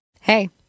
Hey